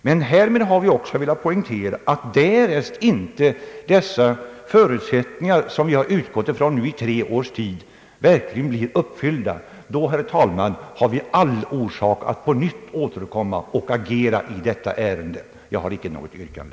Men härmed har vi också velat poängtera att därest inte dessa förutsättningar, som jag har utgått ifrån under tre års tid, verkligen blir uppfyllda, har vi, herr talman, all anledning att på nytt återkomma och agera Jag har icke något yrkande.